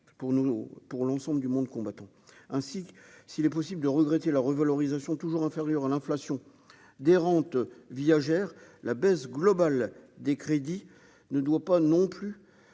pour l'ensemble du monde combattant, ainsi, s'il est possible de regretter la revalorisation toujours inférieure à l'inflation des rentes viagères la baisse globale des crédits ne doit pas non plus